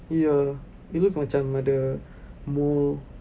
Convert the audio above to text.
ya it looks macam ada mould